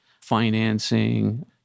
financing